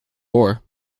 war